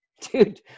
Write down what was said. dude